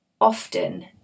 often